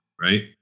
right